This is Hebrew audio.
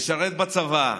משרת בצבא,